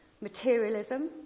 materialism